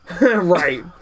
Right